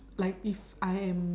like if I am